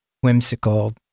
whimsical